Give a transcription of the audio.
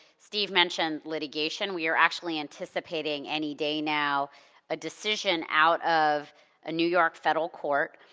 steve mentioned litigation. we are actually anticipating any day now a decision out of a new york federal court,